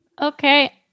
Okay